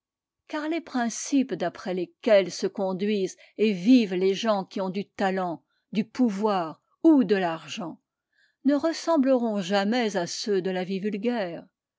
car les principes d'après lesquels se conduisent et vivent les gens qui ont du talent du pouvoir ou de l'argent ne ressembleront jamais à ceux de la vie vulgaire